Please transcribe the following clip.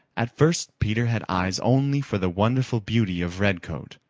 at first peter had eyes only for the wonderful beauty of redcoat.